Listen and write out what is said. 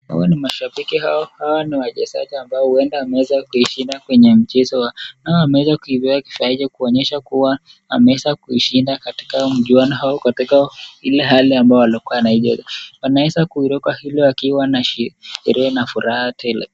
Hawa ni mashabiki au hawa ni wachezaji ambao huenda wameweza kuishinda kwenye mchezo wao, nao wameweza kufurahia kifaa hicho kuonyesha kuwa wameweza kuishinda katika mchwano au katika Ile hali ambao walikuwa wanacheza. Wameweza kuiruka ili wakiwa na sherehe na furaha tele.